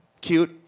cute